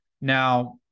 Now